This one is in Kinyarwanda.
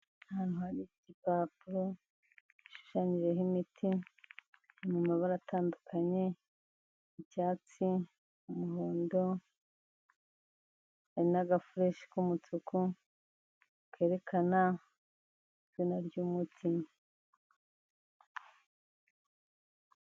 Ahantu hari igipapuro gishushanyijeho imiti iri mu mabara atandukanye icyatsi, umuhondo, hari n'agafureshi k'umutuku kerekana izina ry'umuti.